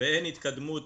ואין התקדמות,